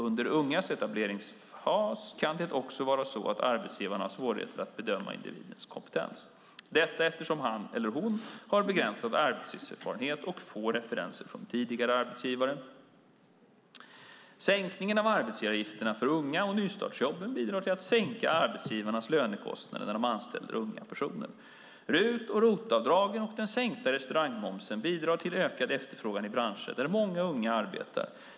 Under ungas etableringsfas kan det också vara så att arbetsgivarna har svårigheter att bedöma individens kompetens - detta eftersom han eller hon har begränsad arbetslivserfarenhet och få referenser från tidigare arbetsgivare. Sänkningen av arbetsgivaravgifterna för unga och nystartsjobben bidrar till att sänka arbetsgivarnas lönekostnader när de anställer unga personer. RUT och ROT-avdragen och den sänkta restaurangmomsen bidrar till ökad efterfrågan i branscher där många unga arbetar.